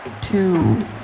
two